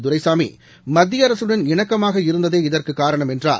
துரைசாமி மத்தியஅரசுடன் இணக்கமாக இருந்ததே இதற்குக் காரணம் என்றார்